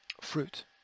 fruit